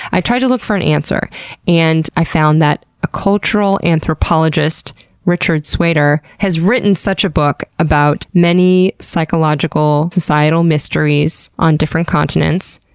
i tried to look for an answer and found that a cultural anthropologist richard sweder has written such a book about many psychological societal mysteries on different continents,